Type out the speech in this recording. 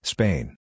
Spain